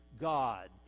God